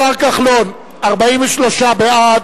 השר כחלון, 43 בעד,